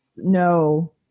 No